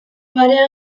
barean